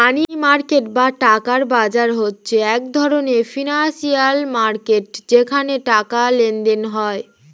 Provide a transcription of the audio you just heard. মানি market বা টাকার বাজার হচ্ছে এক ধরণের ফিনান্সিয়াল মার্কেট যেখানে টাকার লেনদেন হয়